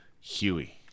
Huey